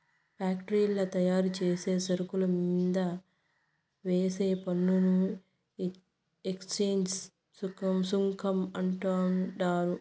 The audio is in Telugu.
ఫ్యాక్టరీల్ల తయారుచేసే సరుకుల మీంద వేసే పన్నుని ఎక్చేంజ్ సుంకం అంటండారు